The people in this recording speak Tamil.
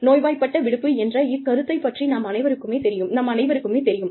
நோய்வாய்ப்பட்ட விடுப்பு என்ற இக்கருத்தைப் பற்றி நம் அனைவருக்குமே தெரியும்